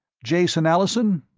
jason allison,